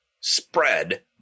spread